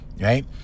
right